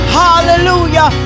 hallelujah